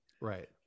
right